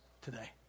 today